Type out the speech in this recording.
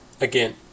Again